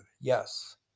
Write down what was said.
Yes